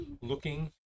looking